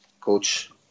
coach